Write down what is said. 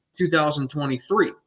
2023